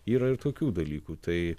yra ir tokių dalykų tai